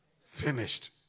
finished